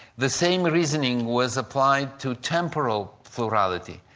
the same reasoning was applied to temporal plurality,